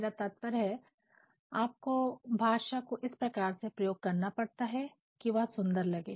मेरा तात्पर्य है आपको भाषा को इस प्रकार से प्रयोग करना पड़ता है कि वह सुंदर लगे